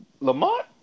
Lamont